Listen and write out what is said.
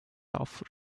off